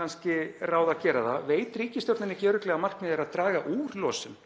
kannski ráð að gera það: Veit ríkisstjórnin ekki örugglega að markmiðið er að draga úr losun?